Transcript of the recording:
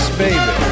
baby